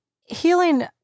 Healing